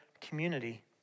community